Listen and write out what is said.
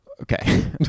Okay